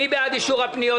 מי בעד אישור הפניות?